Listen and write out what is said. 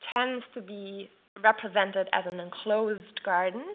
tends to be represented as an enclosed garden,